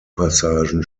passagen